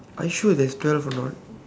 are you sure there's twelve or not